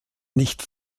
nicht